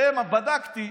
ובדקתי,